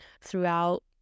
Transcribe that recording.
throughout